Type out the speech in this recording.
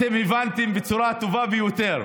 אתם הבנתם בצורה הטובה ביותר.